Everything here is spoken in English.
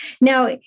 Now